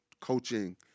coaching